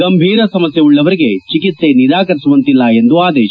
ಗಂಭೀರ ಸಮಸ್ಯೆ ಉಳ್ಳವರಿಗೆ ಚಿಕಿತ್ವೆ ನಿರಾಕರಿಸುವಂತಿಲ್ಲ ಎಂದು ಆದೇಶ